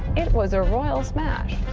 it was a royal smash.